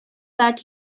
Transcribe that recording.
that